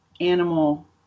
animal